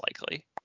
likely